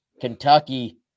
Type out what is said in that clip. Kentucky